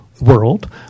world